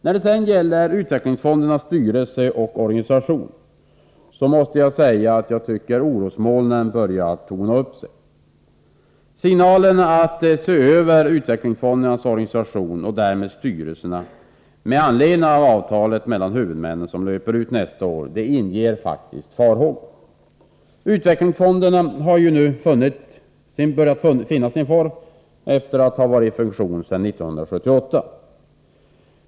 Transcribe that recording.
När det sedan gäller utvecklingsfondernas styrelse och organisation börjar orosmolnen torna upp sig. Signalerna om att man skall se över utvecklingsfondernas organisation och därmed styrelserna med anledning av att avtalet mellan huvudmännen löper ut nästa år inger farhågor. Utvecklingsfonderna har nu börjat finna sin form, efter att ha varit i funktion sedan 1978.